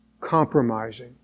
compromising